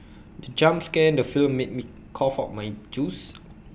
the jump scare in the film made me cough out my juice